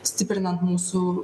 stiprinant mūsų